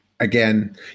Again